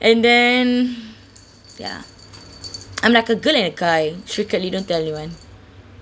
and then ya I'm like a girl and a guy secretly don't tell anyone